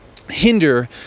hinder